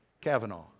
Kavanaugh